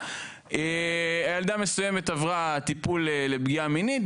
הילדה מסוימת עברה טיפול לפגיעה מינית,